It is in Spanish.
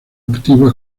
activo